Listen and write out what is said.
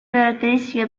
caratteristiche